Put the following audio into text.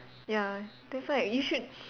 ya that's why you should